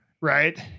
right